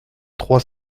trois